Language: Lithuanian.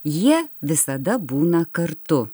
jie visada būna kartu